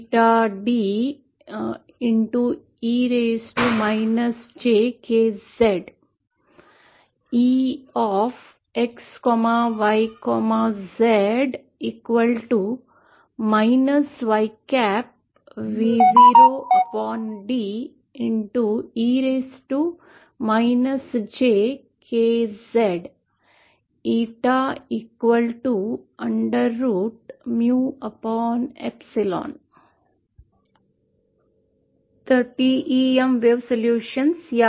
TEM wave solution या प्रमाणे दिले आहे